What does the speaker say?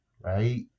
right